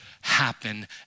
happen